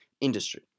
industry